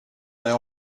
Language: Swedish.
det